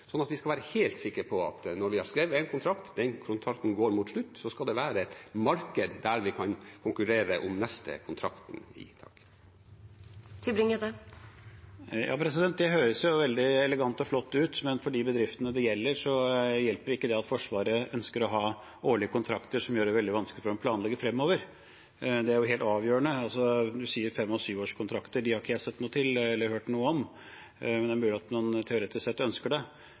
at vi skal være helt sikre på at når vi har skrevet en kontrakt og den kontakten går mot slutten, skal det være et marked der vi kan konkurrere om den neste kontrakten. Det høres veldig elegant og flott ut, men for de bedriftene det gjelder, hjelper det ikke at Forsvaret ønsker å ha årlige kontrakter som gjør det veldig vanskelig for dem å planlegge fremover. Det er helt avgjørende. Statsråden sier fem- og syvårskontrakter. De har ikke jeg sett noe til eller hørt noe om, men det er mulig at man teoretisk sett ønsker det.